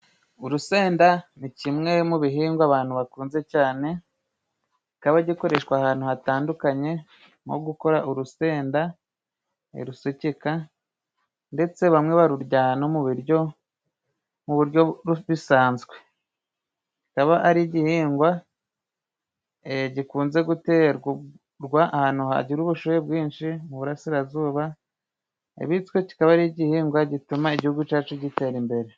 Urusenda ni kimwe mu bihingwa abantu bakunze cyane ,kikaba gikoreshwa ahantu hatandukanye nko gukora urusenda rusukika ,ndetse bamwe barurya no mu biryo mu buryo bisanzwe. Kikaba ari igihingwa gikunze guterwa ahantu hagira ubushyuhe bwinshi ,mu burasirazuba bityo kikaba ari igihingwa gituma igihugu cacu gitera imbere.